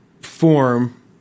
form